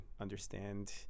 understand